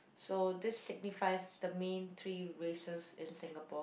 so this signifies the main three races in Singapore